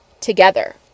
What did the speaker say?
together